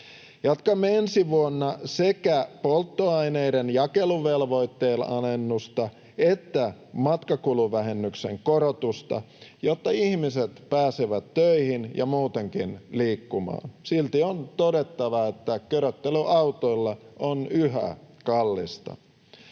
Jatkamme ensi vuonna sekä polttoaineiden jakeluvelvoitteen alennusta että matkakuluvähennyksen korotusta, jotta ihmiset pääsevät töihin ja muutenkin liikkumaan. Silti on todettava, että köröttely autoilla on yhä kallista.